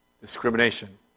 Discrimination